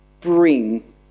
bring